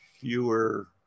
fewer